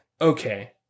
okay